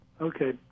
Okay